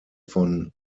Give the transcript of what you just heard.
von